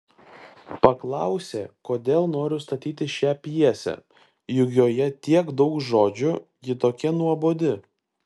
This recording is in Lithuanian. paklausė kodėl noriu statyti šią pjesę juk joje tiek daug žodžių ji tokia nuobodi